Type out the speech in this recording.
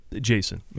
Jason